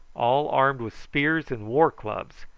all armed with spears and war-clubs,